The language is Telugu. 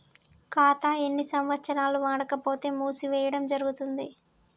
ఖాతా ఎన్ని సంవత్సరాలు వాడకపోతే మూసివేయడం జరుగుతుంది?